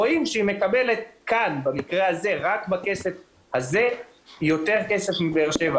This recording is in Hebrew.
רואים שבמקרה הזה היא מקבלת יותר כסף מבאר שבא.